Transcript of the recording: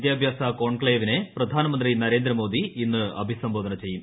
വിദ്യാഭ്യാസ കോൺക്ലേവിനെ പ്രധാനമന്ത്രി നരേന്ദ്രമോദി ഇന്ന് അഭിസംബോധന ചെയ്യും